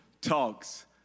talks